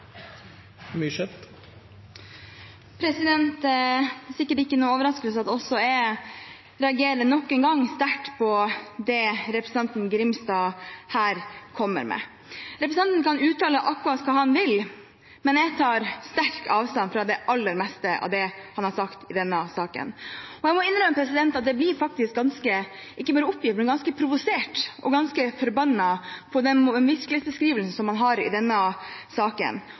er sikkert ikke en overraskelse at jeg nok en gang reagerer sterkt på det representanten Grimstad her kommer med. Representanten kan uttale akkurat det han vil, men jeg tar sterk avstand fra det aller meste av det han har sagt i denne saken. Jeg må innrømme at jeg faktisk blir ikke bare ganske oppgitt, men ganske provosert og ganske forbannet på den virkelighetsbeskrivelsen som han har i denne saken.